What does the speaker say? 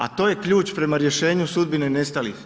A to je ključ prema rješenju sudbine nestalih.